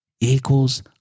equals